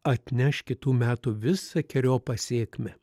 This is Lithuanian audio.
atneš kitų metų visakeriopą sėkmę